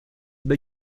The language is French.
bas